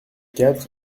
quatre